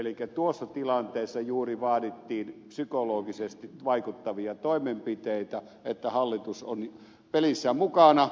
elikkä tuossa tilanteessa juuri vaadittiin psykologisesti vaikuttavia toimenpiteitä että hallitus on pelissä mukana